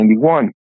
1991